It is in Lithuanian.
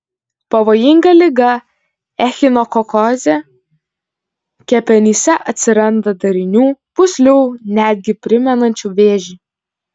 pavojinga liga echinokokozė kepenyse atsiranda darinių pūslių netgi primenančių vėžį